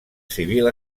civil